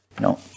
No